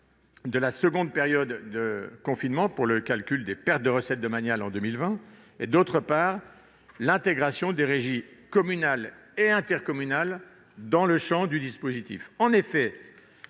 de la seconde période de confinement dans le calcul des pertes de recettes domaniales en 2020, et, d'autre part, l'intégration des régies communales et intercommunales dans son champ. En effet,